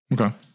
Okay